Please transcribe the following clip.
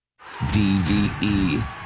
DVE